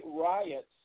riots